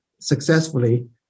successfully